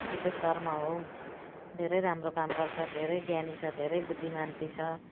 रुपेश शर्मा हो धेरै राम्रो काम गर्छ धेरै ज्ञानी छ धेरै बुद्धिमानी छ